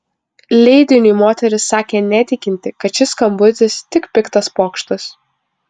leidiniui moteris sakė netikinti kad šis skambutis tik piktas pokštas